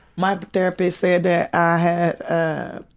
my therapist said that i had a, a.